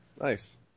Nice